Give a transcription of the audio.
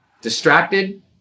Distracted